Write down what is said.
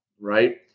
right